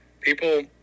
People